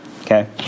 Okay